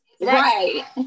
right